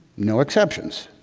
no exceptions.